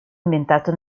ambientato